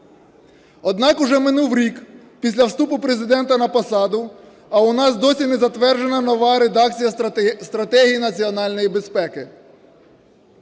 Однак вже минув рік після вступу Президента на посаду, а у нас досі не затверджена нова редакція стратегії національної безпеки,